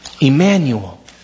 Emmanuel